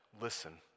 listen